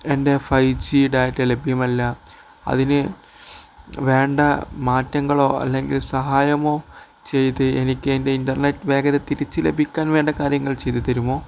എൻ്റെ five G data ലഭ്യമല്ല അതിന് വേണ്ട മാറ്റങ്ങളോ അല്ലെങ്കിൽ സഹായമോ ചെയ്ത് എനിക്ക് എൻ്റെ ഇൻറർനെറ്റ് വേഗത തിരിച്ച് ലഭിക്കാൻ വേണ്ട കാര്യങ്ങൾ ചെയ്തുതരുമോ